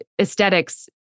aesthetics